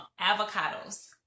avocados